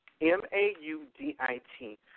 M-A-U-D-I-T